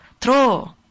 throw